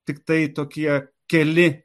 tiktai tokie keli